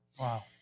Wow